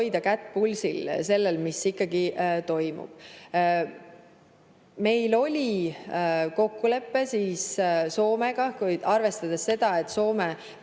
hoida kätt pulsil, et mis ikkagi toimub. Meil oli kokkulepe Soomega. Arvestades seda, et Soome